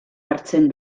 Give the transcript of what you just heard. hartzen